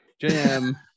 Jam